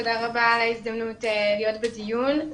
תודה רבה על ההזדמנות להיות בדיון.